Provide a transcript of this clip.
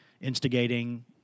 instigating